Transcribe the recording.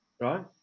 right